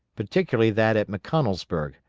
particularly that at mcconnellsburg,